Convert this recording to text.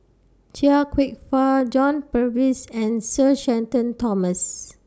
Chia Kwek Fah John Purvis and Sir Shenton Thomas